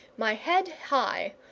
my head high,